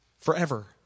Forever